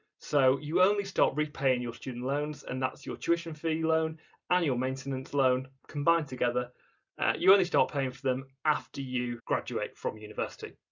so you only start repaying your student loans and that's your tuition fee loan and your maintenance loan combined together you only start paying for them after you graduate from university.